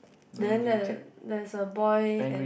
then there there's a boy and